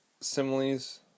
similes